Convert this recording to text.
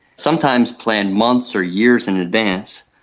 sometimes planned months or years in advance.